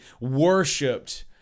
worshipped